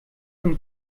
und